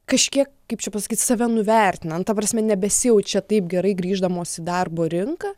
kažkiek kaip čia pasakyt save nuvertina na ta prasme nebesijaučia taip gerai grįždamos į darbo rinką